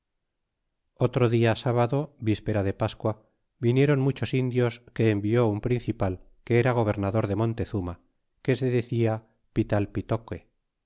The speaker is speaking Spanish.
otro dia sábado víspera de pascua vinieron muchos indios que envió un principal que era gobernador de montezuma que se decia